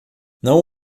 não